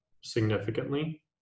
significantly